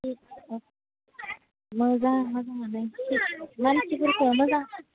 अ अ मोजां मोजाङालाय मानसिफोरखौ मोजां